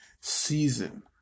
season